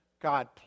God